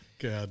God